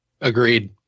Agreed